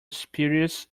spurious